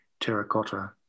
terracotta